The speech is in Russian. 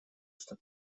что